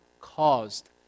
caused